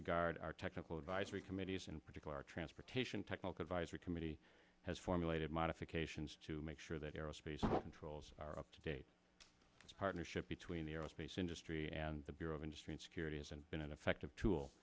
regard our technical advisory committees in particular our transportation technique advisory committee has formulated modifications to make sure that aerospace controls are up to date partnership between the aerospace industry and the bureau of industry and securities and been an effective tool